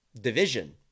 division